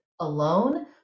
alone